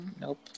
Nope